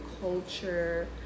culture